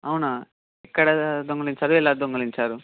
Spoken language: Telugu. అవునా ఎక్కడ దొంగలించారు ఎలా దొంగలించారు